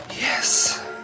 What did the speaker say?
Yes